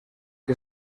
que